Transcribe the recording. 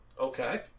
Okay